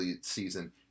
season